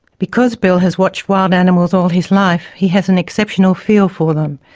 because bill has watched wild animals all his life, he has an exceptional feel for them.